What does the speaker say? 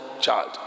child